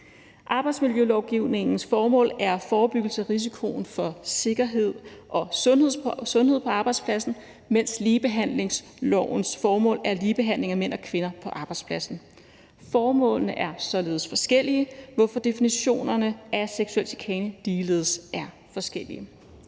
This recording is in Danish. Arbejdsmiljølovgivningens formål er forebyggelse af risikoen i forhold til sikkerhed og sundhed på arbejdspladsen, mens ligebehandlingslovens formål er ligebehandling af mænd og kvinder på arbejdspladsen. Formålene er således forskellige, hvorfor definitionerne af seksuel chikane ligeledes er forskellige.